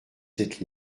cette